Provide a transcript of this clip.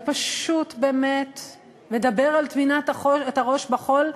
ופשוט מדבר על טמינת הראש בחול,